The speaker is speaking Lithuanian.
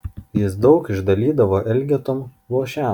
jis daug išdalydavo elgetom luošiam